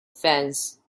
fence